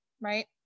right